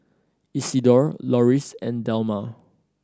Isidore Loris and Delmar